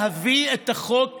להביא את החוק כלשונו?